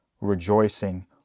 rejoicing